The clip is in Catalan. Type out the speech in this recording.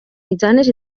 mitjanes